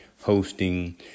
hosting